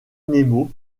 nemo